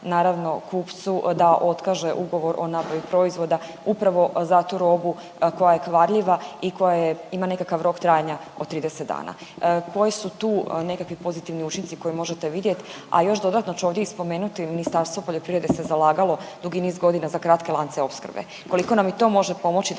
naravno kupcu da otkaže ugovor o nabavi proizvoda upravo za tu robu koja je kvarljiva i koja ima nekakav rok trajanja od 30 dana. Koji su tu nekakvi pozitivni učinci koje možete vidjet? A još dodatno ću ovdje spomenuti i Ministarstvo poljoprivrede se zalagalo dugi niz godina za kratke lance opskrbe, koliko nam i to može pomoći da